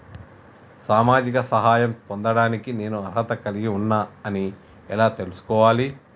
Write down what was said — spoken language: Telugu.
సామాజిక సహాయం పొందడానికి నేను అర్హత కలిగి ఉన్న అని ఎలా తెలుసుకోవాలి?